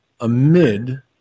amid